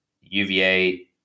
UVA